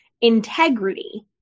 integrity